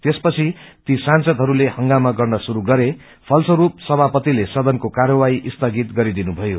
त्यसपछि ती सांसदहरूले हंगामा गर्न श्रुरू गरे ुलस्वरूप सभापतिले सदनको कार्यवाही स्थगित गरिदुनभयो